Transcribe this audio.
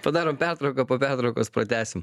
padarom pertrauką po pertraukos pratęsim